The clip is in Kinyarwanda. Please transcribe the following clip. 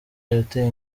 yateye